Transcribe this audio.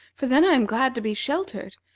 for then i am glad to be sheltered,